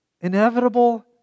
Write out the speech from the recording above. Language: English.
inevitable